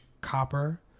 copper